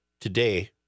today